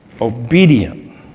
obedient